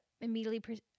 immediately